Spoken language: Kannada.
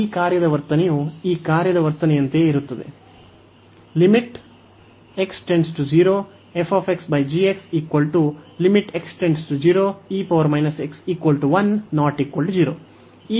ಈ ಮಿತಿ 1 ಆಗಿರುತ್ತದೆ ಮತ್ತು ಅದು 0 ಗೆ ಸಮನಾಗಿರುವುದಿಲ್ಲ